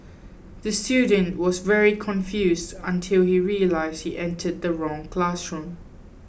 the student was very confused until he realised he entered the wrong classroom